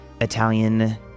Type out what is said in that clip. Italian